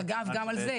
שאגב גם על זה,